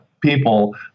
people